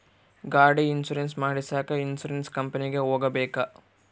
ಗಾಡಿ ಇನ್ಸುರೆನ್ಸ್ ಮಾಡಸಾಕ ಇನ್ಸುರೆನ್ಸ್ ಕಂಪನಿಗೆ ಹೋಗಬೇಕಾ?